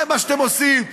זה מה שאתם עושים.